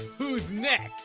who's next?